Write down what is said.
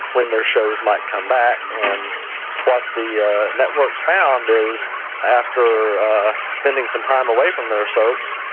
when their shows might come back. and what the ah networks found is after spending some time away from their soaps,